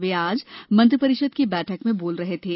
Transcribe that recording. वे आज मंत्रि परिषद की बैठक में बोल रहे थे